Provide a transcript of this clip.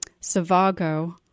Savago